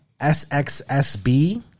SXSB